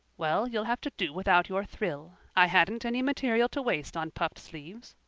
well, you'll have to do without your thrill. i hadn't any material to waste on puffed sleeves.